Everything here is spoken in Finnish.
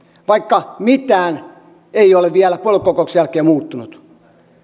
vaikka mitään ei ole vielä puoluekokouksen jälkeen muuttunut